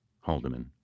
Haldeman